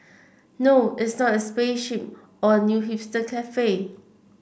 no it's not a spaceship or a new hipster cafe